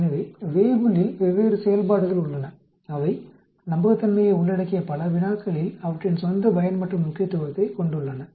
எனவே வேய்புல்லில் வெவ்வேறு செயல்பாடுகள் உள்ளன அவை நம்பகத்தன்மையை உள்ளடக்கிய பல வினாக்களில் அவற்றின் சொந்த பயன் மற்றும் முக்கியத்துவத்தைக் கொண்டுள்ளன